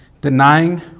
denying